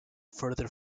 further